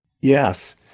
Yes